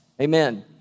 Amen